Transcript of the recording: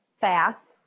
fast